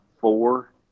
four